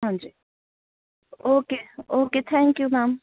ਹਾਂਜੀ okay okay thank you ma'am